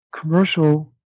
commercial